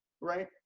right